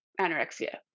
anorexia